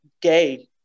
gay